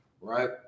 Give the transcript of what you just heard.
Right